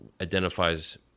identifies